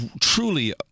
truly